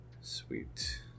Sweet